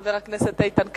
חבר הכנסת איתן כבל,